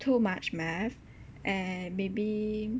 too much math and maybe